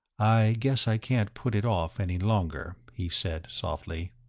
i guess i can't put it off any longer, he said softly.